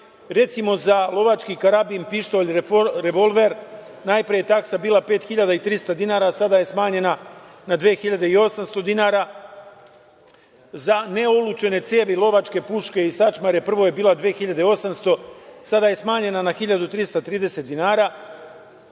Recimo, za lovački karabin, pištolj, revolver, najpre je taksa bila 5.300 dinara, a sada je smanjena na 2.800 dinara, za neolučene cevi, lovačke puške i sačmare prvo je bila 2.800, a sada je smanjena na 1.330